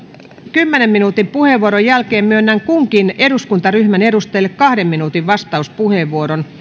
kymmenen minuutin puheenvuoron jälkeen myönnän kunkin eduskuntaryhmän edustajalle kahden minuutin vastauspuheenvuoron